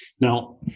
Now